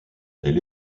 elle